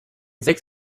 sechs